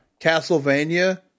castlevania